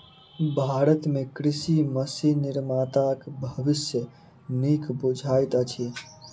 भारत मे कृषि मशीन निर्माताक भविष्य नीक बुझाइत अछि